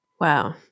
Wow